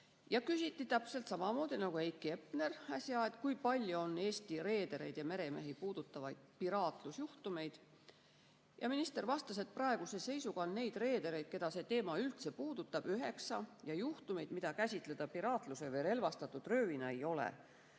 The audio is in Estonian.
saa. Küsiti täpselt samamoodi, nagu Heiki Hepner äsja uuris, kui palju on Eesti reedereid ja meremehi puudutavaid piraatlusjuhtumeid. Minister vastas, et praeguse seisuga on neid reedereid, keda see teema üldse puudutab, üheksa, ja juhtumeid, mida käsitleda piraatluse või relvastatud röövina, ei ole.